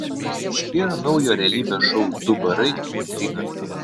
paaiškėjo naujo realybės šou du barai intriga